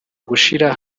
gushira